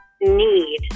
need